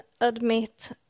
admit